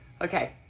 Okay